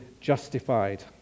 justified